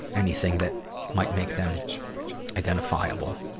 anything that might make them identifiable.